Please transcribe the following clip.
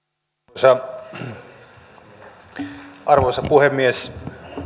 arvoisa arvoisa puhemies